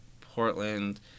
Portland